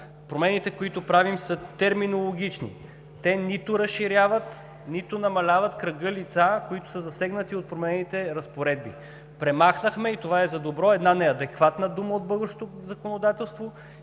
Промените, които правим, са терминологични. Те нито разширяват, нито намаляват кръга лица, които са засегнати от променените разпоредби. Премахнахме – и това е за добро – една неадекватна дума от българското законодателство.